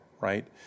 right